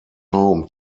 home